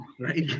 Right